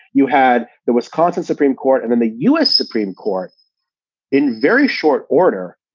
you had the wisconsin supreme court and then the u s. supreme court in very short order,